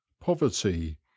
poverty